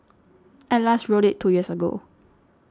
I last rode it two years ago